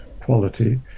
quality